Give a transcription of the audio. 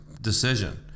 decision